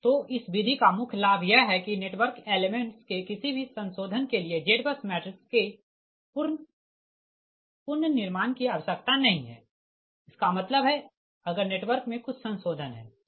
तो इस विधि का मुख्य लाभ यह है कि नेटवर्क एलेमेंट्स के किसी भी संशोधन के लिए ZBUS मैट्रिक्स के पूर्ण पुनर्निर्माण की आवश्यकता नहीं है इसका मतलब है अगर नेटवर्क में कुछ संशोधन है ठीक